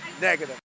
negative